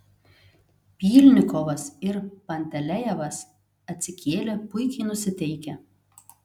pylnikovas ir pantelejevas atsikėlė puikiai nusiteikę